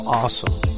awesome